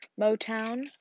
Motown